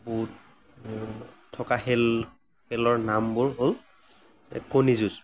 বহুত থকা খেল খেলৰ নামবোৰ হ'ল যে কণী যুঁজ